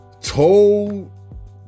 Told